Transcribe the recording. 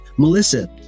Melissa